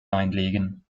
einlegen